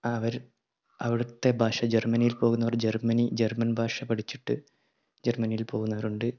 അവർ അവിടുത്തെ ഭാഷ ജർമ്മനിയിൽ പോകുന്നവർ ജർമ്മനി ജർമ്മൻ ഭാഷ പഠിച്ചിട്ട് ജർമ്മനിയിൽ പോകുന്നവരുണ്ട്